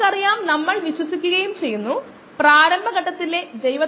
അതിനാൽ കോശങ്ങളിലെ ഇൻപുട്ടിന്റെ നിരക്ക് സിസ്റ്റത്തിലേക്കുള്ള കോശങ്ങളുടെ മാസ്സ് 0 ആണ്